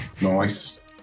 Nice